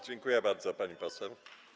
Dziękuję bardzo, pani poseł.